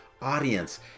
audience